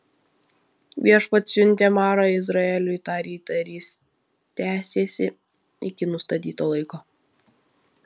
viešpats siuntė marą izraeliui tą rytą ir jis tęsėsi iki nustatyto laiko